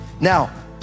Now